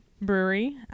brewery